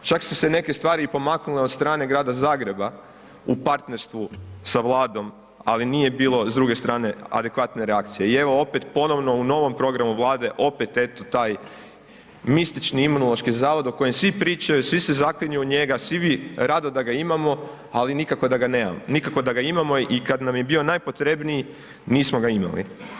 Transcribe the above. Čak su se neke i pomaknule od strane grada Zagreba u partnerstvu sa Vladom ali nije bilo s druge strane adekvatne reakcije i evo opet ponovno u novom programu Vlade, opet eto taj mistični Imunološki zavod o kojem svi pričaju, svi se zaklinju u njega, svi bi rado da ga imamo, ali nikako da ga imamo i kad nam je bio najpotrebniji, nismo ga imali.